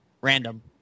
random